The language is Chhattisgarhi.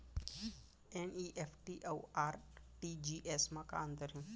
एन.ई.एफ.टी अऊ आर.टी.जी.एस मा का अंतर हे?